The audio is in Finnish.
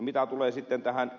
mitä tulee sitten ed